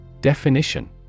Definition